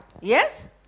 Yes